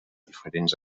diferents